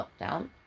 lockdown